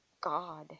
God